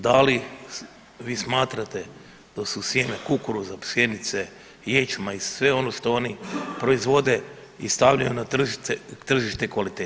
Da li vi smatrate da su sjeme kukuruza, pšenice, ječma i sve ono što oni proizvode i stavljaju na tržište kvalitetni.